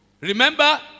remember